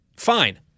Fine